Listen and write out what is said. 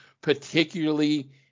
particularly